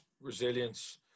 resilience